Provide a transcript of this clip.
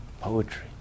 Poetry